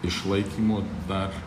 išlaikymu dar